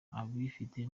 abifite